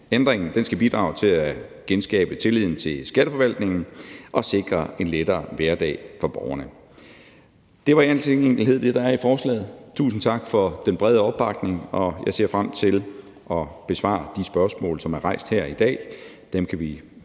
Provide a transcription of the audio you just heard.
Ændringen skal bidrage til at genskabe tilliden til skatteforvaltningen og sikre en lettere hverdag for borgerne. Det er i al sin enkelhed det, der er i forslaget. Tusind tak for den brede opbakning. Jeg ser frem til at besvare de spørgsmål, som er rejst her i dag. Dem kan vi